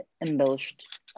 embellished